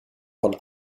von